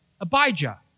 Abijah